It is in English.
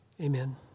amen